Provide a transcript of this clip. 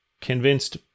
convinced